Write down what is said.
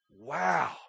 wow